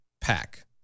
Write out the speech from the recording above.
Pack